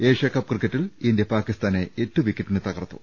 Asia Cup ക്രിക്കറ്റിൽ India പാക്കിസ്ഥാനെ എട്ട് വിക്ക റ്റിന് തകർത്തു